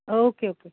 okay okay